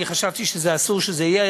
אני חשבתי שאסור שזה יהיה,